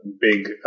big